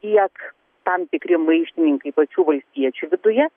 tiek tam tikri maištininkai pačių valstiečių viduje